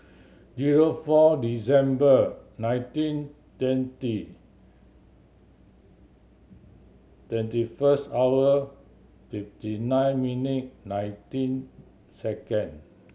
zero four December nineteen twenty twenty first hour fifty nine minute nineteen second